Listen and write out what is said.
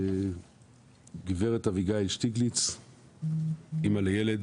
גברת אביגיל שטיגליץ, אם לילד